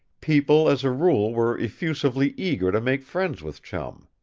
people as a rule were effusively eager to make friends with chum.